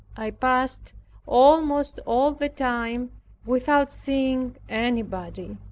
i passed almost all the time without seeing anybody.